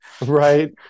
Right